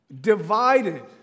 divided